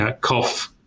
cough